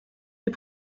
des